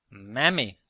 mammy,